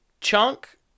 chunk